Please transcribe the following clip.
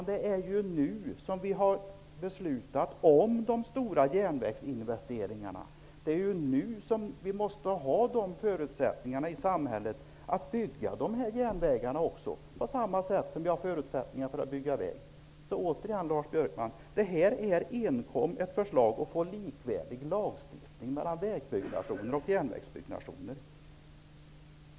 Det är ju nu som vi har beslutat om de stora järnvägsinvesteringarna, Lars Björkman. Det är nu vi måste ha förutsättningar i samhället för att kunna bygga dessa järnvägar, på samma sätt som vi har förutsättningar för att bygga väg. Detta är ett förslag enkom för att få likvärdig lagstiftning för vägbyggnationer och järnvägsbyggnationer.